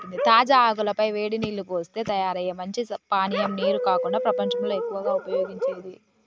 తాజా ఆకుల పై వేడి నీల్లు పోస్తే తయారయ్యే మంచి పానీయం నీరు కాకుండా ప్రపంచంలో ఎక్కువగా ఉపయోగించేది